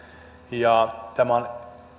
ja tämä on